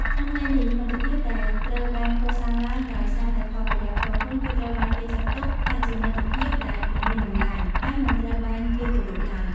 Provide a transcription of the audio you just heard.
ក្នុងន័យនេះ មិត្តភាពដែលត្រូវបានកសាងឡើងដោយសារតែផលប្រយោជន៍ផ្ទាល់ខ្លួនគឺត្រូវបានគេចាត់ទុកថាជាមិត្តភាពដែលមិនមានតម្លៃ ហើយមិនត្រូវបានគេគោរពឡើយ។